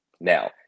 Now